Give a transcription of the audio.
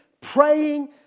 praying